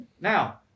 Now